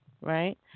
right